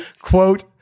quote